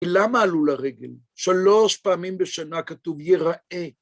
‫ולמה עלו לרגל? ‫שלוש פעמים בשנה כתוב יראה.